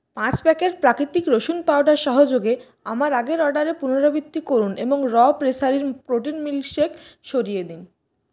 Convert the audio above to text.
পাঁচ প্যাকেট প্রাকৃতিক রসুন পাউডার সহযোগে আমার আগের অর্ডারের পুনরাবৃত্তি করুন এবং র প্রেসারি প্রোটিন মিল্কশেক সরিয়ে দিন